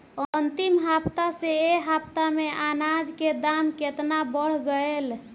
अंतिम हफ्ता से ए हफ्ता मे अनाज के दाम केतना बढ़ गएल?